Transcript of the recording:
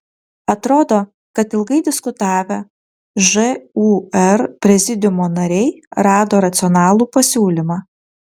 atrodo kad ilgai diskutavę žūr prezidiumo nariai rado racionalų pasiūlymą